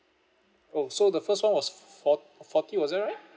oh so the first one was fort~ forty was that right